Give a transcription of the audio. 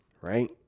right